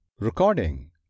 Recording